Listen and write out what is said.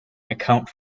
account